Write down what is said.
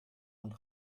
und